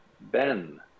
Ben